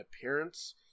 appearance